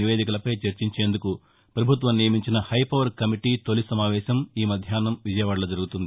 నివేదికలపై చర్చించేందుకు పభుత్వం నియమించిన హైపవర్ కమిటీ తొలి సమావేశం ఈ మధ్యాహ్నం విజయవాదలో జరుగుతుంది